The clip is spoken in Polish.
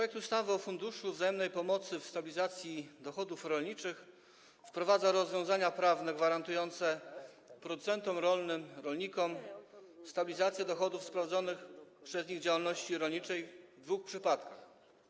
Projekt ustawy o Funduszu Wzajemnej Pomocy w Stabilizacji Dochodów Rolniczych wprowadza rozwiązania prawne gwarantujące producentom rolnym, rolnikom stabilizację dochodów z prowadzonej przez nich działalności rolniczej w dwóch przypadkach.